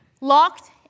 locked